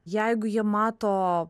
jeigu jie mato